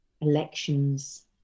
elections